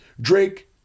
Drake